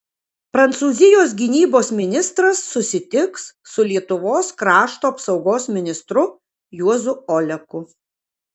prancūzijos gynybos ministras susitiks su lietuvos krašto apsaugos ministru juozu oleku